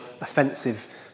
offensive